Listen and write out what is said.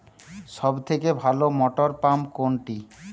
সবথেকে ভালো মটরপাম্প কোনটি?